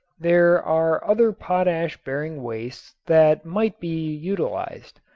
there are other potash-bearing wastes that might be utilized.